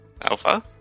Alpha